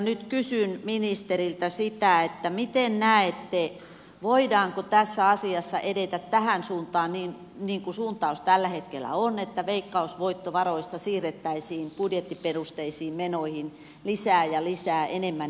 nyt kysyn ministeriltä miten näette voidaanko tässä asiassa edetä tähän suuntaan niin kuin suuntaus tällä hetkellä on että veikkausvoittovaroista siirrettäisiin budjettiperusteisiin menoihin lisää ja lisää enemmän ja enemmän